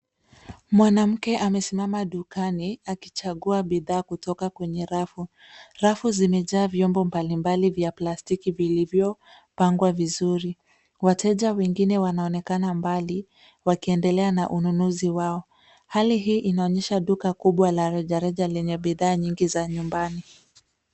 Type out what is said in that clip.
Mwanamke amesimama dukani akichagua bidhaa kutoka kwenye rafu, rafu zimejaa vyombo mbalimbali vya plastiki vilivyo pangwa vizuri. Wateja wengine wanaonekana mbali wakiendelea na ununuzi wao. Hali hii inaonyesha duka kubwa la reja reja lenye bidhaa nyingi za nyumbani.